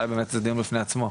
אולי באמת זה דיון בפני עצמו.